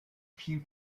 few